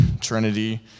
Trinity